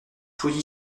pouilly